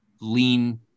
lean